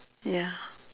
ya